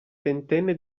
ventenne